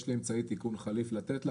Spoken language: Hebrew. יש לי אמצעי תיקון חליף לתת לה.